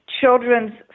children's